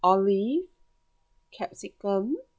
olive capsicum